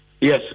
Yes